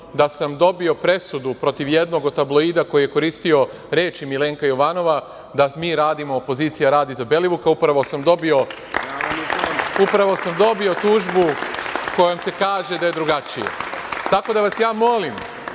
da sam dobio presudu protiv jednog od tabloida koji je koristio reči Milenka Jovanova da mi radimo, da opozicija radi za Belivuka, upravo sam dobio tužbu kojom se kaže da je drugačije. Tako da vas ja molim,